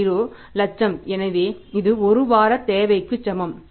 30 லட்சம் எனவே இது 1 வார தேவைக்கு சமம்